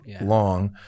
long